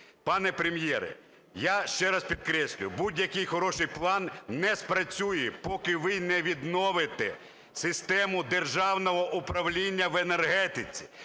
Пане Прем’єре, я ще раз підкреслюю, будь-який хороший план не спрацює, поки ви не відновите систему державного управління в енергетиці,